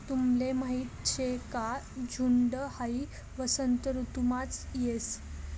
तुमले माहीत शे का झुंड हाई वसंत ऋतुमाच येस